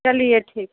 चलिए ठीक